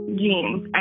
jeans